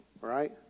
right